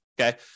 okay